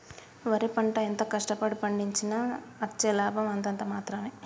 వరి పంట ఎంత కష్ట పడి పండించినా అచ్చే లాభం అంతంత మాత్రవే